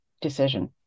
decision